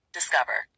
Discover